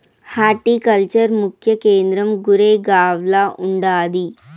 horticulture ముఖ్య కేంద్రం గురేగావ్ల ఉండాది